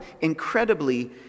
incredibly